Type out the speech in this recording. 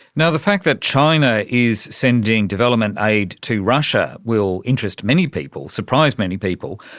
and the fact that china is sending development aid to russia will interest many people, surprise many people.